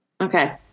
Okay